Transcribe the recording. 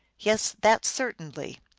yes, that certainly.